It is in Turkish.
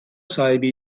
sahibi